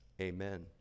Amen